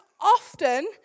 often